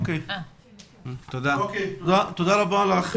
תודה רבה לך.